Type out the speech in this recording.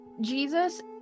Jesus